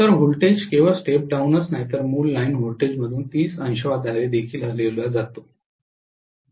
तर व्होल्टेज केवळ स्टेप डाऊनच नाही तर मूळ लाइन व्होल्टेजमधून 30 अंशांद्वारे देखील हलविला जातो